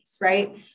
right